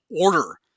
order